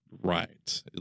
Right